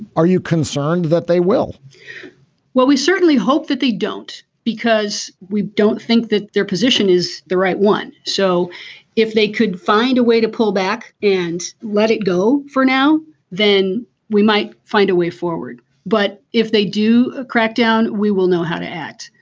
are you concerned that they will well we certainly hope that they don't because we don't think that their position is the right one. so if they could find a way to pull back and let it go for now then we might find a way forward but if they do ah crackdown we will know how to act.